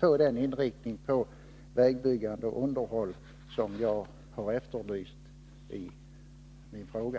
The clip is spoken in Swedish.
få den inriktning på vägbyggande och underhåll som jag har efterlyst i min fråga.